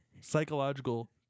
psychological